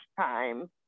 time